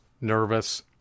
nervous